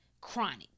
Chronic